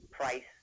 Price